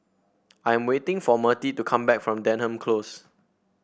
I am waiting for Mertie to come back from Denham Close